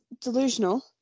delusional